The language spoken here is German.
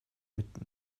mit